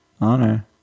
Honor